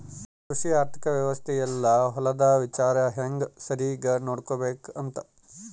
ಕೃಷಿ ಆರ್ಥಿಕ ವ್ಯವಸ್ತೆ ಯೆಲ್ಲ ಹೊಲದ ವಿಚಾರ ಹೆಂಗ ಸರಿಗ ನೋಡ್ಕೊಬೇಕ್ ಅಂತ